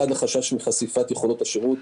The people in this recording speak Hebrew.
1. החשש מחשיפת יכולות השירות.